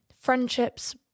friendships